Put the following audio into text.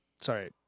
sorry